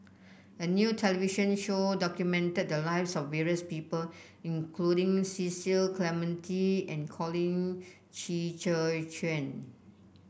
a new television show documented the lives of various people including Cecil Clementi and Colin Qi Zhe Quan